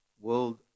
world